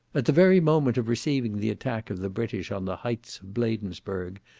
at the very moment of receiving the attack of the british on the heights of bladensburgh,